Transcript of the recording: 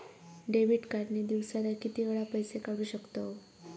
Debit card ने दिवसाला किती वेळा पैसे काढू शकतव?